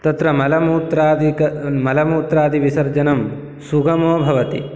तत्र मलमूत्रादिक् मलमूत्रादिविसर्जनं सुगमो भवति